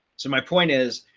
so my point is,